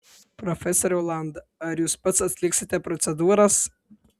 profesoriau land ar jūs pats atliksite procedūras